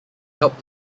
helped